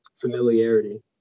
Familiarity